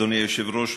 אדוני היושב-ראש,